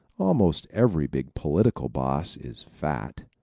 almost every big political boss is fat.